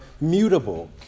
mutable